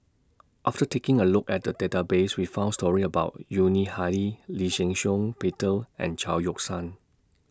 after taking A Look At The Database We found stories about Yuni Hadi Lee Shih Shiong Peter and Chao Yoke San